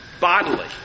bodily